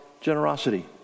generosity